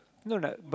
no like but